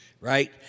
right